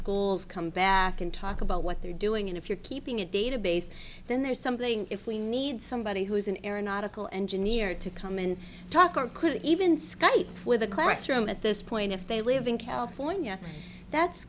schools come back and talk about what they're doing and if you're keeping a database then there's something if we need somebody who is an aeronautical engineer to come and talk or could even skate with a classroom at this point if they live in california that's